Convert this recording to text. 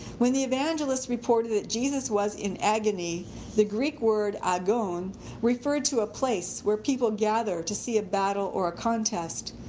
when the evangelists reported that jesus was in agony the greek word agone referred to a place where people gather to see a battle or a contest.